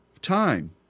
time